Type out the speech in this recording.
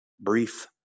Brief